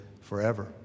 forever